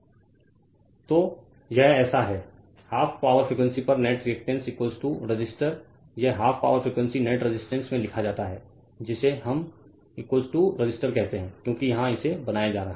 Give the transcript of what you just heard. Refer Slide Time 2617 तो यह ऐसा है 12 पॉवर फ़्रीक्वेंसी पर नेट रिएक्टेंस रेसिस्टर यह 12 पॉवर फ़्रीक्वेंसी नेट रेसिस्टेंस में लिखा जाता है जिसे हम रेसिस्टर कहते हैं क्योंकि यहाँ इसे बनाया जा रहा है